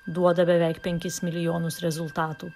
duoda beveik penkis milijonus rezultatų